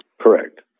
Correct